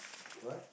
what